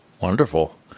Wonderful